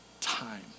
time